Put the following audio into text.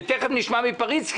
ותיכף נשמע מפריצקי,